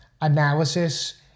analysis